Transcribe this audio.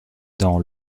dans